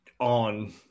on